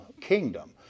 kingdom